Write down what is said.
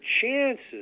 chances